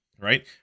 right